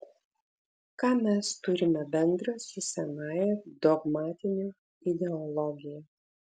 ką mes turime bendra su senąja dogmatine ideologija